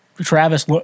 Travis